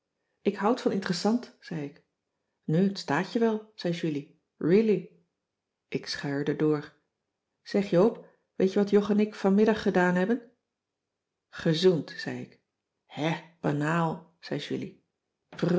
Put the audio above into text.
ik houd van interessant zei ik nu t staat je wel zei julie really ik schuierde door zeg joop weet je wat jog en ik vanmiddag gedaan hebben gezoend zei ik hè banaal zei julie